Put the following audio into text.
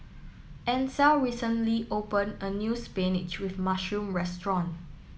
Ansel recently opened a new Spinach with Mushroom Restaurant